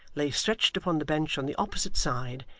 lay stretched upon the bench on the opposite side,